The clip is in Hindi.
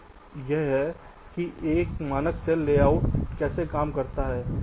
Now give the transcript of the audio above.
तो यह है कि एक मानक सेल लेआउट कैसे काम करता है